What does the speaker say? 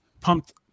pumped